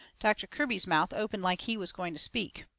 doctor kirby's mouth opened like he was going to speak.